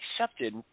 accepted